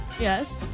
Yes